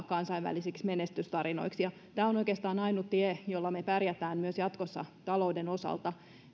kansainvälisiksi menestystarinoiksi tämä on oikeastaan ainut tie jolla me pärjäämme myös jatkossa talouden osalta